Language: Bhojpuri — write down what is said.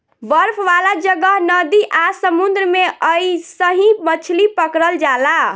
बरफ वाला जगह, नदी आ समुंद्र में अइसही मछली पकड़ल जाला